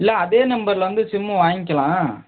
இல்லை அதே நம்பரில் வந்து சிம்மு வாங்க்கிலாம்